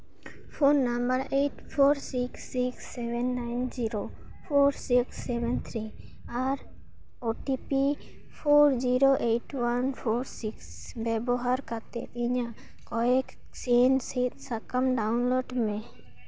phone number eight four six six seven nine zero four six seven three ᱟᱨ OTP four zero eight one four six ᱵᱮᱵᱚᱦᱟᱨ ᱠᱟᱛᱮᱫ ᱤᱧᱟᱹᱜ ᱠᱚᱭᱮᱠ ᱥᱤᱱ ᱥᱤᱫ ᱥᱟᱠᱟᱢ ᱰᱟᱣᱩᱱᱞᱳᱰ ᱢᱮ